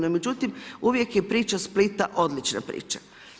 No, međutim, uvijek je priča Splita odlična priča.